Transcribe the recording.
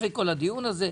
אחרי כל הדיון הזה,